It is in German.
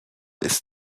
ist